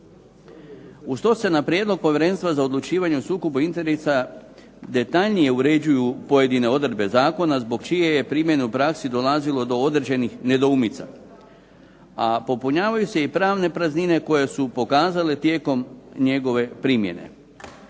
Uz to se na prijedlog Povjerenstva za odlučivanje o sukobu interesa detaljnije uređuju pojedine odredbe zakona zbog čije je primjene u praksi dolazilo do određenih nedoumica, a popunjavaju se i pravne praznine koje su pokazale tijekom njegove primjene.